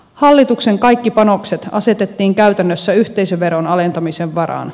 hallituksen kaikki panokset asetettiin käytännössä yhteisöveron alentamisen varaan